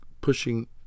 pushing